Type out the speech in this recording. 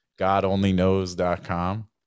GodOnlyKnows.com